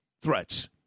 threats